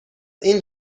این